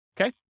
Okay